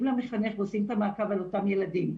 למחנך ועושים את המעקב על אותם ילדים.